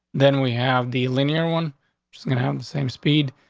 then we have the linear one just gonna have the same speed.